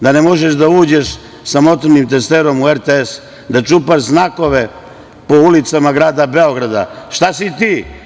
Da ne možeš da uđeš sa motornim testerama u RTS, da čupaš znakove po ulicama grada Beograda, šta si ti?